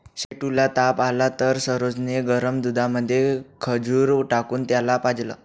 सेठू ला ताप आला तर सरोज ने गरम दुधामध्ये खजूर टाकून त्याला पाजलं